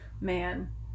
Man